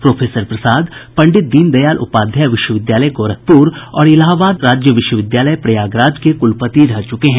professor Prasad Pandit Deendayal Upadhyay विश्वविद्यालय गोरखपूर और इलाहाबाद राज्य विश्वविद्यालय प्रयागराज के कुलपति रह चुके हैं